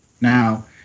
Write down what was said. Now